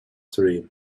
dream